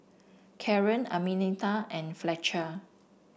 Karen Arminta and Fletcher